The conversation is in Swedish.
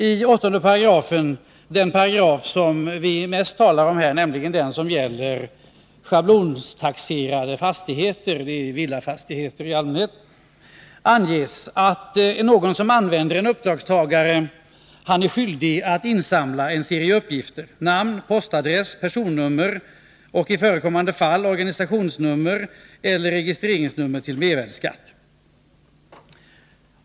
I 8 §, den paragraf som vi mest talar om och som gäller schablontaxerade fastigheter — det är i allmänhet villafastigheter —, anges att den som använder en uppdragstagare är skyldig att insamla en serie uppgifter såsom namn, postadress, personnummer och i förekommande fall organisationsnummer eller registreringsnummer till mervärdeskatt.